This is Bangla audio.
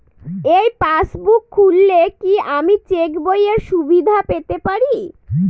এই পাসবুক খুললে কি আমি চেকবইয়ের সুবিধা পেতে পারি?